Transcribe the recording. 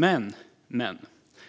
Men